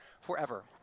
forever